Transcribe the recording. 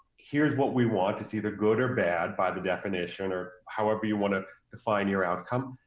here's what we want, it's either good or bad by the definition, or however you want to define your outcome,